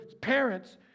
parents